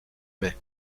mai